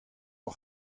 hor